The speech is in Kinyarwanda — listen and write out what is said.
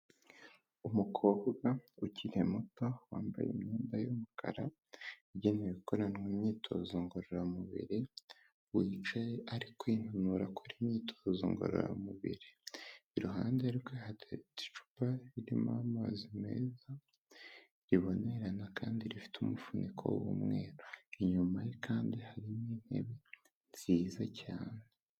Umukobwa ukiri muto wambaye imyenda y'umukara, yagenewe gukoranwa imyitozo ngororamubiri, wicaye ari kwinanura akora imyitozo ngororamubiri, iruhande rwe hateretse icupa ririmo amazi meza ribonerana kandi rifite umufuniko w'umweru, inyuma ye kandi hari n'intebe nziza cyane.